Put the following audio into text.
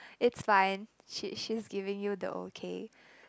it's fine she she's giving you the okay